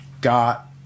got